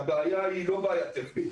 שהבעיה היא לא בעיה טכנית.